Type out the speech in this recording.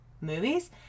movies